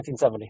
1970